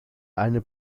eine